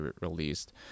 released